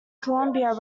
columbia